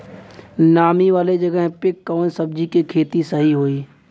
नामी वाले जगह पे कवन सब्जी के खेती सही होई?